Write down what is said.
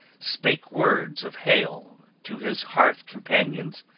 spake words of hail to his hearth-companions,